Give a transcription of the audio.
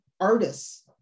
artists